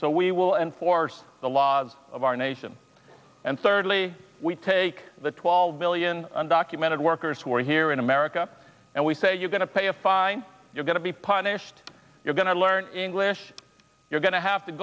so we will enforce the laws of our nation and thirdly we take the twelve million undocumented workers who are here in america and we say you're going to pay a fine you're going to be punished you're going to learn english you're going to have to